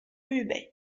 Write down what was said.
hubei